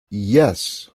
yes